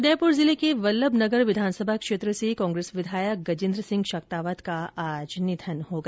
उदयपुर जिले के वल्लभनगर विधानसभा क्षेत्र से कांग्रेस विधायक गजेन्द्र सिंह शक्तावत का आज निधन हो गया